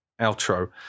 outro